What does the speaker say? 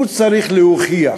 הוא צריך להוכיח.